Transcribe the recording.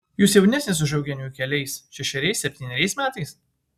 jūs jaunesnis už eugenijų keliais šešeriais septyneriais metais